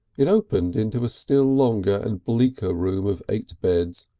it opened into a still longer and bleaker room of eight beds,